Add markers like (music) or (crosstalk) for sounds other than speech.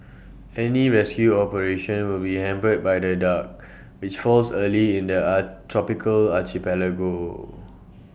any rescue operation will be hampered by the dark which falls early in the A tropical archipelago (noise)